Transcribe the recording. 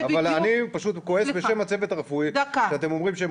אבל אני פשוט כועס בשם הצוות הרפואי שאתם אומרים שהם